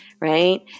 right